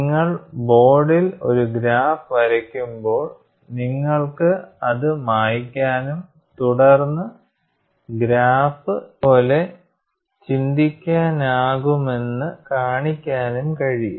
നിങ്ങൾ ബോർഡിൽ ഒരു ഗ്രാഫ് വരയ്ക്കുമ്പോൾ നിങ്ങൾക്ക് അത് മായ്ക്കാനും തുടർന്ന് ഗ്രാഫ് ഇതുപോലെ ചിന്തിക്കാനാകുമെന്ന് കാണിക്കാനും കഴിയും